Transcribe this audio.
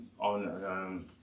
on